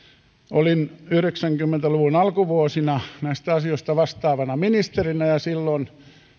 olin yhdeksänkymmentä luvun alkuvuosina näistä asioista vastaavana ministerinä ja silloin